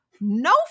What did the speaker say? no